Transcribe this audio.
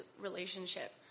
relationship